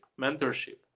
mentorship